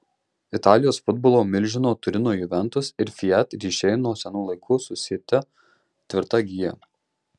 italijos futbolo milžino turino juventus ir fiat ryšiai nuo senų laikų susieti tvirta gija